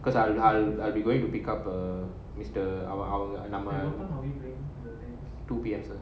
cause I'll I'll I'll be going to pick up a mister our number to be answer